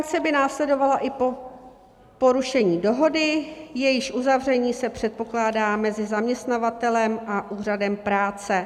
Sankce by následovala i po porušení dohody, jejíž uzavření se předpokládá mezi zaměstnavatelem a úřadem práce.